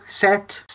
set